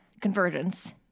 Convergence